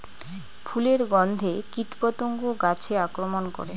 ফুলের গণ্ধে কীটপতঙ্গ গাছে আক্রমণ করে?